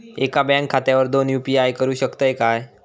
एका बँक खात्यावर दोन यू.पी.आय करुक शकतय काय?